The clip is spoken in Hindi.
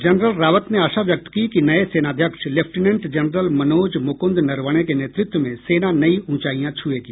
जनरल रावत ने आशा व्यक्त की कि नए सेनाध्यक्ष लेफ्टिनेंट जनरल मनोज मुकुंद नरवणे के नेतृत्व में सेना नई ऊंचाइयां छूएगी